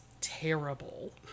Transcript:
terrible